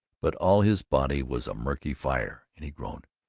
but all his body was a murky fire, and he groaned,